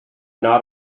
not